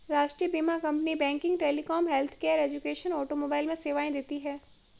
राष्ट्रीय बीमा company banking, telecom, healthcare, education, automobile में सेवाएं देती है